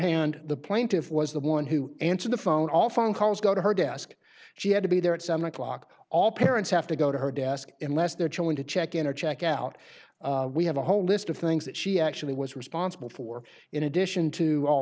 hand the plaintiff was the one who answered the phone all phone calls go to her desk she had to be there at seven o'clock all parents have to go to her desk and less their children to check in or check out we have a whole list of things that she actually was responsible for in addition to all